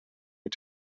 mit